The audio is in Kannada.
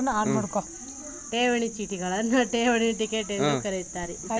ಠೇವಣಿ ಚೀಟಿಗಳನ್ನ ಠೇವಣಿ ಟಿಕೆಟ್ ಎಂದೂ ಕರೆಯುತ್ತಾರೆ ಮತ್ತು ವಿವಿಧ ವಿನ್ಯಾಸಗಳಲ್ಲಿ ಬರುತ್ತೆ ಎಂದು ಹೇಳಬಹುದು